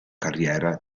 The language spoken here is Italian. carriera